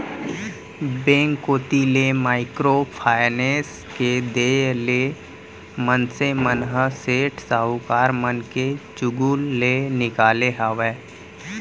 bank कोती ले micro finance के देय ले मनसे मन ह सेठ साहूकार मन के चुगूल ले निकाले हावय